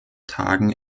tagen